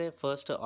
first